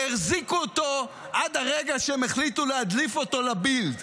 והחזיקו אותו עד הרגע שהם החליטו להדליף אותו לבילד.